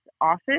office